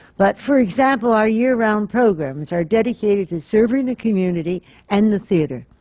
but for example, our year-round programs are dedicated to serving the community and the theatre.